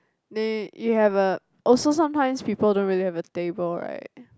n~ you have a also sometimes people don't really have a table right